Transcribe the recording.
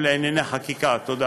כי בלשון בני אדם